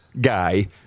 guy